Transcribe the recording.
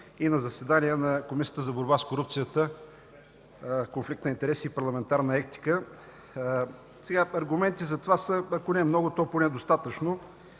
и на заседанието на Комисията за борба с корупцията, конфликт на интереси и парламентарна етика. Аргументите за това са, ако не много, то поне достатъчно.